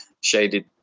shaded